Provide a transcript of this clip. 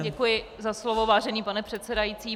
Děkuji za slovo, vážený pane předsedající.